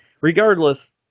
regardless